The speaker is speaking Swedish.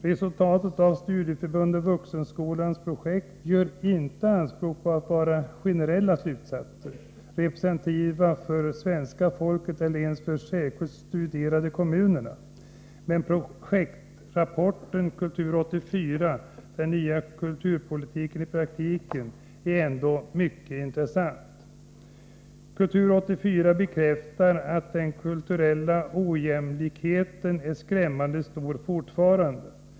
Resultaten av Studieförbundet Vuxenskolans projekt gör inte anspråk på att vara generella slutsatser, representativa för svenska folket eller ens för de särskilt studerade kommunerna. Men projektrapporten ”Kultur 84 Den nya kulturpolitiken i praktiken” är ändå mycket intressant. Kultur 84 bekräftar att den kulturella ojämlikheten fortfarande är skrämmande stor.